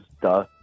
duh